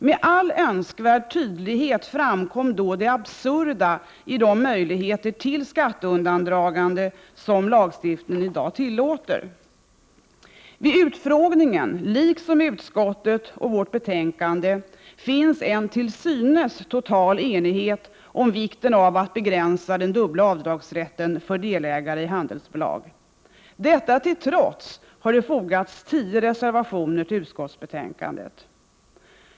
Med all önskvärd tydlighet framkom då det absurda i de möjligheter till skatteundandragande som lagstiftningen i dag tillåter. 57 Vid utfrågningen liksom i utskottet och vårt betänkande finns en till synes total enighet om vikten av att begränsa den dubbla avdragsrätten för delägare i handelsbolag. Detta till trots har det fogats tio reservationer till utskottsbetänkandet.